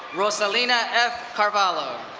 rozalina. carvallo.